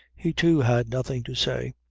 he too had nothing to say.